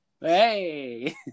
Hey